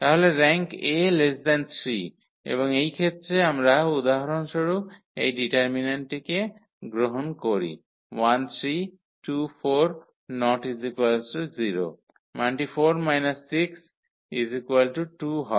তাহলে Rank3 এবং এই ক্ষেত্রে আমরা উদাহরণস্বরূপ এই ডিটারমিন্যান্টটিকে আমরা গ্রহণ করি মানটি 4 6 2 হয়